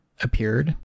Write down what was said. appeared